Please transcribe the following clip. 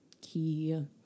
key